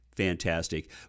Fantastic